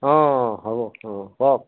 অঁ অঁ হ'ব হ'ব কওক